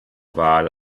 wahl